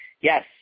Yes